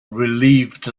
relieved